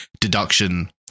deduction